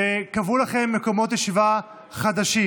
קבעו לכם מקומות ישיבה חדשים.